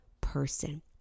person